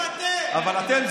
אבל אתם,